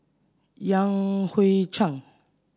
Yan Hui Chang